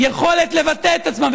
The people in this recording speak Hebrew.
יכולת לבטא את עצמם,